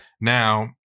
Now